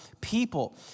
people